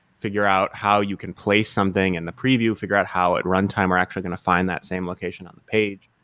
figure out how you can place something in the preview, figure out how, at runtime, we're actually going to find that same location on the page,